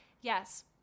yes